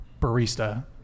barista